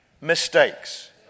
mistakes